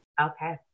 Okay